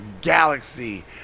galaxy